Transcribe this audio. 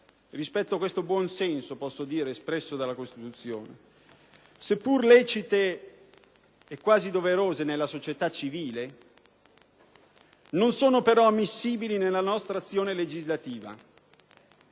e a questo buon senso espresso nella Costituzione, seppur lecite e quasi doverose nella società civile, non sono però ammissibili nella nostra azione legislativa.